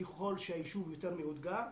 ככל שהיישוב יותר מאותגר,